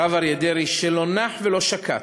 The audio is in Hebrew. הרב אריה דרעי, שלא נח ולא שקט,